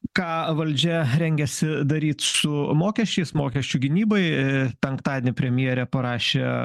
ką valdžia rengiasi daryt su mokesčiais mokesčių gynybai penktadienį premjerė parašė